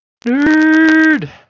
Nerd